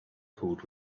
cooled